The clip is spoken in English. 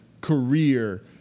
career